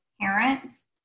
parents